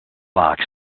box